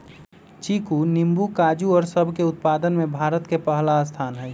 चीकू नींबू काजू और सब के उत्पादन में भारत के पहला स्थान हई